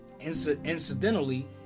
incidentally